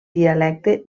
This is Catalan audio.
dialecte